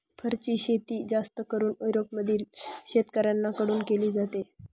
फरची शेती जास्त करून युरोपातील शेतकऱ्यांन कडून केली जाते